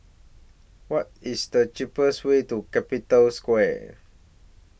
What IS The cheapest Way to Capital Square